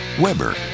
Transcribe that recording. Weber